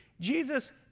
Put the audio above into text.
Jesus